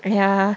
yeah